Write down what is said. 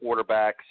quarterbacks